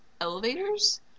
elevators